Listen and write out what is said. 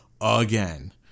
again